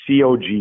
COG